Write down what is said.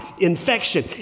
infection